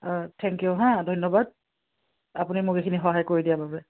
অঁ thank you হা ধন্যবাদ আপুনি মোক এইখিনি সহায় কৰি দিয়া বাবে